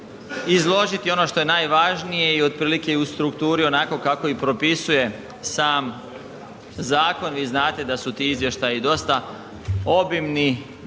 izložiti ono što je najvažnije i otprilike i u strukturi onako kako i propisuje sam zakon. Vi znate da su ti izvještaji dosta obimni,